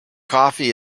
coffee